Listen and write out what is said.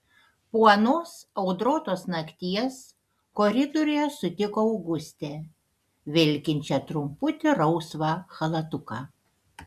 po anos audrotos nakties koridoriuje sutiko augustę vilkinčią trumputį rausvą chalatuką